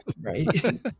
Right